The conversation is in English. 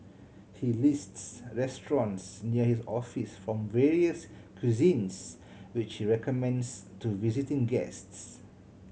he lists restaurants near his office from various cuisines which recommends to visiting guests